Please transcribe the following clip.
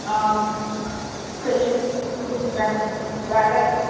ஆ சரிங்க நான் பண்ணிக் கொடுத்துட்றேன் வேறு